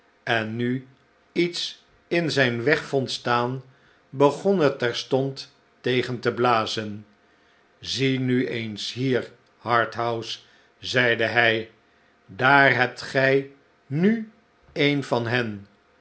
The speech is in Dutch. en nu iets in zijn weg vond staan begon er terstond tegen te blazen zie nu eens hier harthouse zeide hij daar hebt gij nu een van hen